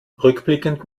rückblickend